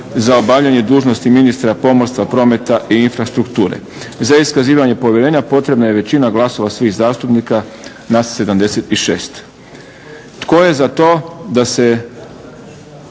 za obavljanje dužnosti ministra pomorstva, prometa i infrastrukture. Za iskazivanje povjerenja potrebna je većina glasova svih zastupnika nas 76. Tko je za to da se